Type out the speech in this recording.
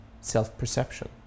Self-perception